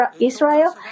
Israel